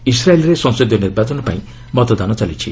ଇସ୍ରାଏଲ୍ରେ ସଂସଦୀୟ ନିର୍ବାଚନ ପାଇଁ ମତଦାନ ଚାଲିଛି